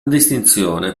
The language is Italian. distinzione